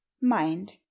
mind